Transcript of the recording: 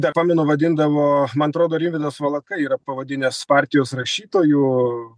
dar pamenu vadindavo man atrodo rimvydas valatka yra pavadinęs partijos rašytoju